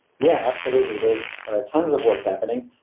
yeah, absolutely, there's tons of work happening!